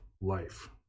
life